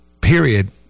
period